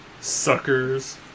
Suckers